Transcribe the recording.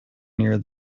near